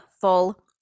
full